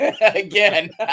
again